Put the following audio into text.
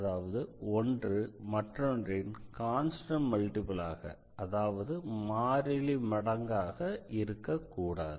அதாவது ஒன்று மற்றொன்றின் கான்ஸ்டண்ட் மல்டிபிளாக அதாவது மாறிலி மடங்காக இருக்கக்கூடாது